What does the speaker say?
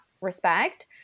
Respect